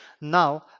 now